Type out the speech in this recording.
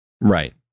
Right